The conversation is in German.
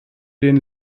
den